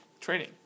training